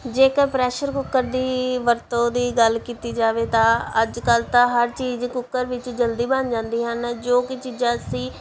ਜੇਕਰ pressure cooker ਦੀ ਵਰਤੋਂ ਦੀ ਗੱਲ ਕੀਤੀ ਜਾਵੇ ਤਾਂ ਅੱਜ ਕੱਲ ਤਾਂ ਹਰ ਚੀਜ਼ ਕੁੱਕਰ ਵਿੱਚ ਜਲਦੀ ਬਣ ਜਾਂਦੀ ਹਨ ਜੋ ਕਿ ਚੀਜ਼ਾਂ ਅਸੀਂ